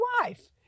wife